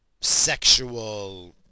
sexual